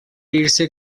irse